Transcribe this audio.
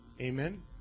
Amen